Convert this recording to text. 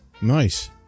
Nice